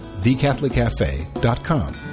thecatholiccafe.com